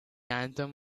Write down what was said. anthem